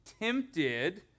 tempted